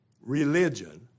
religion